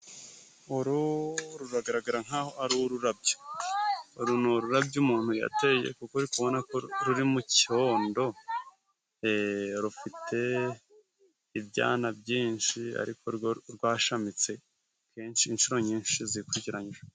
Uru rugaragara nk'aho ari ururabyo. Uru ni ururabyo umuntu yateye, kuko uri kubona ko ruri mu condo rufite ibyana byinshi. Ariko rwo rwashamitse kenshi inshuro nyinshi zikurikiranyije.